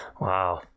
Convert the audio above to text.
Wow